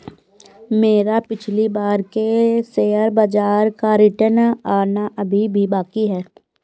मेरा पिछली बार के शेयर बाजार का रिटर्न आना अभी भी बाकी है